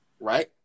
Right